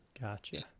gotcha